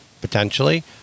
potentially